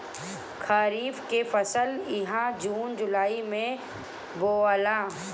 खरीफ के फसल इहा जून जुलाई में बोआला